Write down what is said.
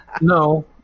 No